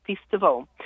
festival